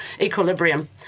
equilibrium